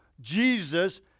Jesus